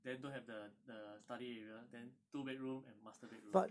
then don't have the the study area then two bedroom and master bedroom